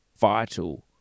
vital